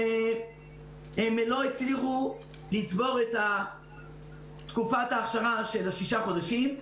שלא הצליחו לצבור את תקופת האכשרה של השישה חודשים.